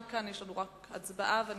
בעד, 7,